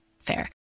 fair